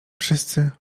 wszyscy